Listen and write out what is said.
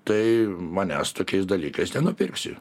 tai manęs tokiais dalykais nenupirksi